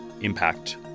impact